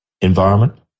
environment